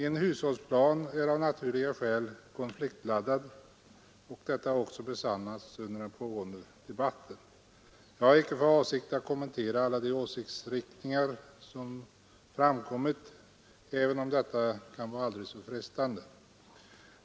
En hushållningsplan är av naturliga skäl konfliktladdad, och detta har också besannats under den pågående debatten. Jag har icke för avsikt att kommentera alla de åsiktsriktningar som framkommit, även om detta kan vara aldrig så frestande.